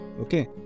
okay